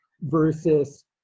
versus